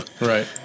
Right